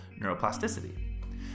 neuroplasticity